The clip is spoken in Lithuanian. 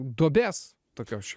duobės tokios